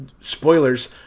spoilers